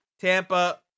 Tampa